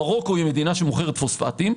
מרוקו היא המדינה שמוכרת פוספטים.